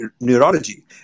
neurology